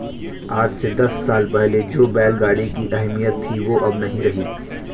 आज से दस साल पहले जो बैल गाड़ी की अहमियत थी वो अब नही रही